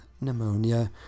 pneumonia